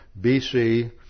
bc